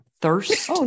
Thirst